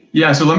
yeah, so, um